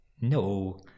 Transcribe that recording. no